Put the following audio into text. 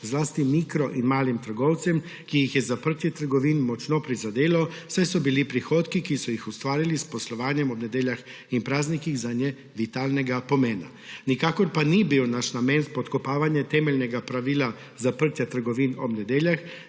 zlasti mikro- in malim trgovcem, ki jih je zaprtje trgovin močno prizadelo, saj so bili prihodki, ki so jih ustvarili s poslovanjem ob nedeljah in praznikih, zanje vitalnega pomena. Nikakor pa ni bil naš namen spodkopavanje temeljnega pravila zaprtja trgovin ob nedeljah